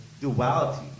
duality